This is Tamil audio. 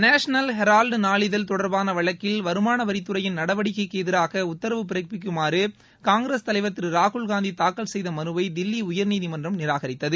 நேஷ்னல் ஹெரால்டு நாளிதழ் தொடர்பான வழக்கில் வருமானவரித்துறையின் நடவடிக்கைக்கு எதிராக உத்தரவு பிறப்பிக்குமாறு காங்கிரஸ் தலைவர் ராகுல்காந்தி தாக்கல் செய்த மனுவை தில்லி உயர்நீதிமன்றம் நிராகரித்தது